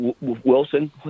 Wilson